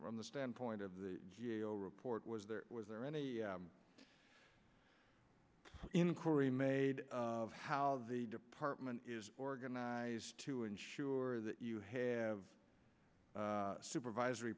from the standpoint of the g a o report was there was there any inquiry made of how the department is organized to ensure that you have supervisory